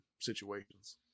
situations